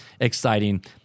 exciting